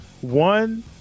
one